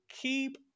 keep